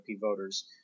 voters